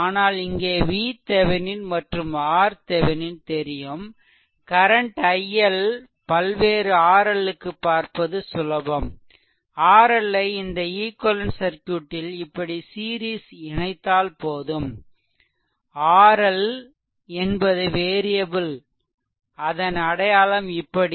ஆனால் இங்கே VThevenin மற்றும் RTheveninதெரியும் கரன்ட் i L பல்வேறு RL க்கு பார்ப்பது சுலபம் RL ஐ இந்த ஈக்வெலென்ட் சர்க்யூட்டில் இப்படி சீரிஸ் இணைத்தால் போதும் RL' RL என்பது வேரியபிள் அதன் அடையாளம் இப்படி